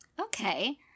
okay